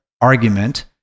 argument